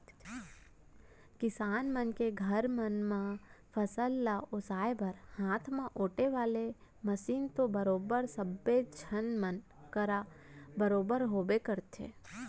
किसान मन के घर मन म फसल ल ओसाय बर हाथ म ओेटे वाले मसीन तो बरोबर सब्बे झन मन करा बरोबर होबे करथे